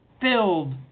filled